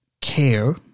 care